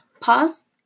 Pause